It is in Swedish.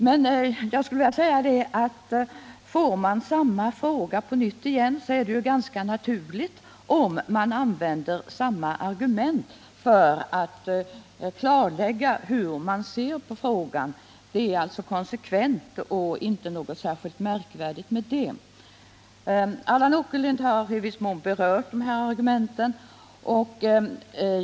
Men jag skulle vilja säga att om man får samma fråga på nytt, är det ganska naturligt att man använder samma argument som tidigare för att klarlägga hur man ser på frågan. Det är alltså konsekvent och inte någonting särskilt märkvärdigt med det. Allan Åkerlind har också i viss mån berört argumenten.